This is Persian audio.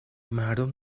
مردم